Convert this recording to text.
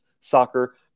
soccer